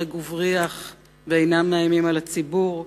סורג ובריח ואינם מאיימים על הציבור,